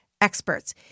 experts